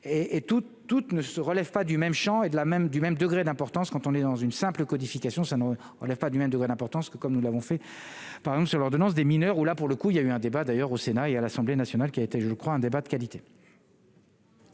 toutes ne se relève pas du même Champ et de la même du même degré d'importance quand on est dans une simple codification ça non, on n'est pas du même degré d'importance que comme nous l'avons fait par exemple sur l'ordonnance des mineurs où là pour le coup, il y a eu un débat d'ailleurs au sénat et à l'Assemblée nationale qui a été je crois un débat de qualité.